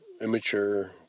immature